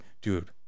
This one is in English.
dude